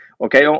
okay